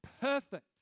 perfect